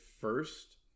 first